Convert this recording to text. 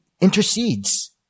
intercedes